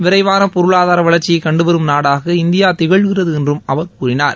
விரைவான பொருளாதார வளர்ச்சியை கண்டுவரும் நாடாக இந்தியா திகழ்கிறது என்றும் அவர் கூறினார்